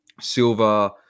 silver